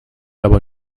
aber